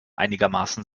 einigermaßen